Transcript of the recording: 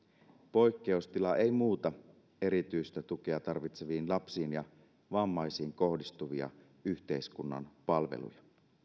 poikkeustila ei muuta erityistä tukea tarvitseviin lapsiin ja vammaisiin kohdistuvia yhteiskunnan palveluja